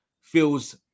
feels